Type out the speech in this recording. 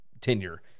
tenure